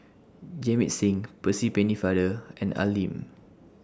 Jamit Singh Percy Pennefather and Al Lim